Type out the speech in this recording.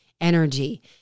energy